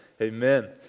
amen